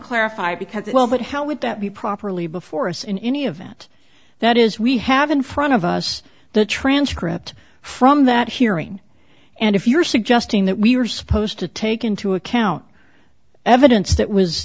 clarify because well that hell would that be properly before us in any event that is we have in front of us the transcript from that hearing and if you're suggesting that we are supposed to take into account evidence that was